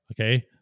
Okay